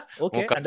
okay